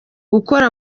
gukora